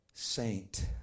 Saint